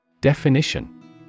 Definition